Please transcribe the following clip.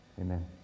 Amen